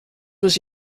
was